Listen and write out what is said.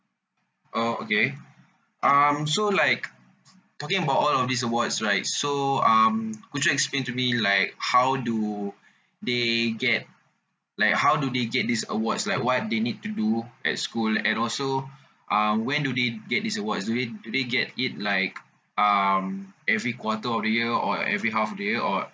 orh okay um so like talking about all of these awards right so um could you explain to me like how do they get like how do they get these awards like what they need to do at school and also um when do they get this award do they do they get it like um every quarter of the year or every half the year or